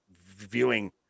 viewing